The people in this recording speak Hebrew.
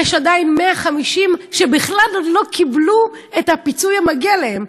150 מהם עדיין לא קיבלו את הפיצוי המגיע להם,